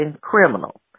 criminal